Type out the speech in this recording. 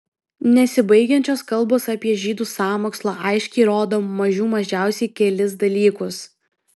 nesibaigiančios kalbos apie žydų sąmokslą aiškiai rodo mažių mažiausiai kelis dalykus